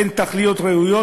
הן תכליות ראויות,